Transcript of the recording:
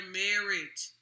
marriage